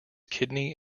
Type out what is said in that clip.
kidney